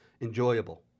enjoyable